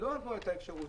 לא נתנו את האפשרות.